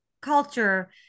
culture